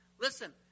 Listen